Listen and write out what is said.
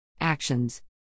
Actions